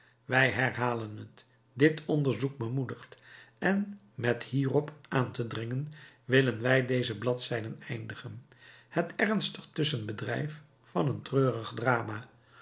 wij herhalen het dit onderzoek bemoedigt en met hierop aan te dringen willen wij deze bladzijden eindigen het ernstig tusschenbedrijf van een treurig drama